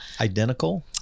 Identical